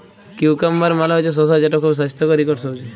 cucumber মালে হছে শসা যেট খুব স্বাস্থ্যকর ইকট সবজি